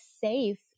safe